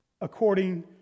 according